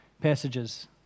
passages